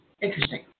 Interesting